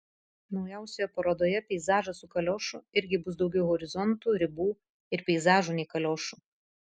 naujausioje parodoje peizažas su kaliošu irgi bus daugiau horizontų ribų ir peizažų nei kaliošų